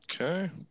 okay